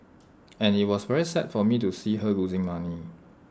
and IT was very sad for me to see her losing money